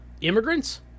immigrants